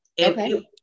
Okay